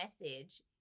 message